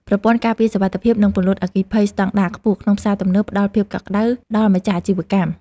ប្រព័ន្ធការពារសុវត្ថិភាពនិងពន្លត់អគ្គីភ័យស្តង់ដារខ្ពស់ក្នុងផ្សារទំនើបផ្តល់ភាពកក់ក្តៅដល់ម្ចាស់អាជីវកម្ម។